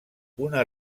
una